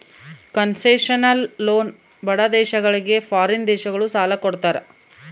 concessional loan ಬಡ ದೇಶಗಳಿಗೆ foreign ದೇಶಗಳು ಸಾಲ ಕೊಡ್ತಾರ